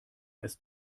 ist